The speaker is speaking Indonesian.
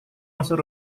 masuk